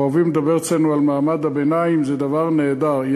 אוהבים לדבר אצלנו על מעמד הביניים, זה דבר נהדר.